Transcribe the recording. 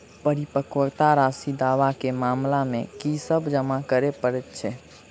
परिपक्वता राशि दावा केँ मामला मे की सब जमा करै पड़तै छैक?